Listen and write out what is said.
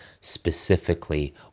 specifically